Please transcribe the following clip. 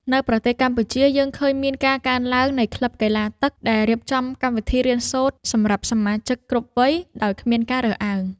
នៅក្នុងប្រទេសកម្ពុជា យើងឃើញមានការកើនឡើងនៃក្លឹបកីឡាទឹក ដែលរៀបចំកម្មវិធីរៀនសូត្រសម្រាប់សមាជិកគ្រប់វ័យដោយគ្មានការរើសអើង។